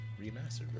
remastered